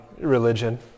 religion